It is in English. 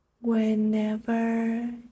whenever